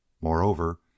moreover